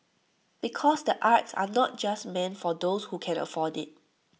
because the arts are not just meant for those who can afford IT